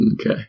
Okay